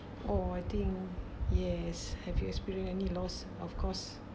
oh I think yes have you experienced any loss of course